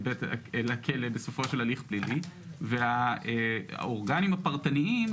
לכלא בסופו של הליך פלילי והאורגנים הפרטניים,